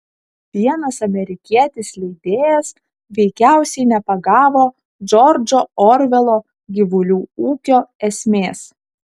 vienas amerikietis leidėjas veikiausiai nepagavo džordžo orvelo gyvulių ūkio esmės